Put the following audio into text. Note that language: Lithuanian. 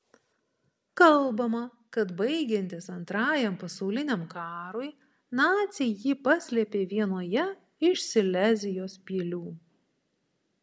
kalbama kad baigiantis antrajam pasauliniam karui naciai jį paslėpė vienoje iš silezijos pilių